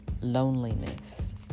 loneliness